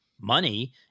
money